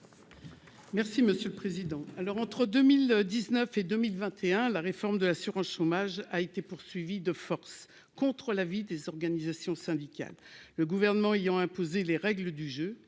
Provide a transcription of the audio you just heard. Merci monsieur le président,